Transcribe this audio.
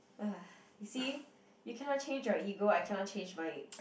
!wah! you see you cannot change your ego I cannot change mine